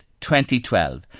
2012